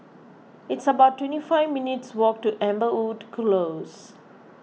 it's about twenty five minutes' walk to Amberwood Close